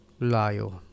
layo